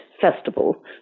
festival